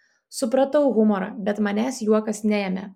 supratau humorą bet manęs juokas neėmė